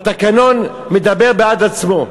התקנון מדבר בעד עצמו,